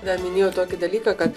dar minėjot tokį dalyką kad